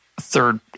third